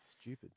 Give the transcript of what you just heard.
Stupid